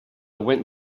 went